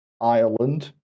Ireland